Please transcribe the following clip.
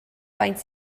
faint